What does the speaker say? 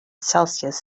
celsius